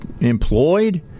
employed